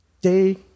day